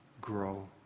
grow